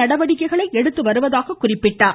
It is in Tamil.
நடவடிக்கைகள் எடுத்து வருவதாக கூறினார்